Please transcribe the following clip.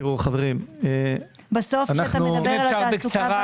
אם אפשר בקצרה.